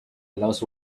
allows